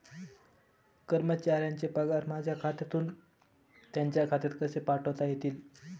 कर्मचाऱ्यांचे पगार माझ्या खात्यातून त्यांच्या खात्यात कसे पाठवता येतील?